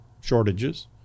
shortages